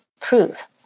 prove